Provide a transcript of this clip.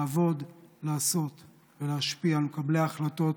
לעבוד, לעשות ולהשפיע על מקבלי ההחלטות,